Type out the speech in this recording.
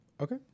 Okay